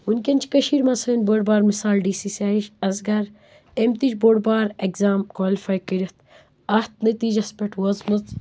وٕنکٮ۪ن چھِ کٔشیٖرِ منٛز سٲنۍ بٔڑ بار مِثال ڈی سی سہرِش اسگر أمۍ تہِ چھُ بوٚڈ بارٕ ایٚکزام کالِفاے کٔرِتھ اَتھ نٔتیجس پٮ۪ٹھ وٲژمٕژ